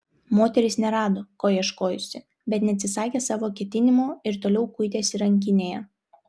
moteris nerado ko ieškojusi bet neatsisakė savo ketinimo ir toliau kuitėsi rankinėje